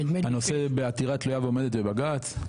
הנושא בעתירה תלויה ועומדת בבג"צ?